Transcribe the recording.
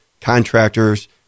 contractors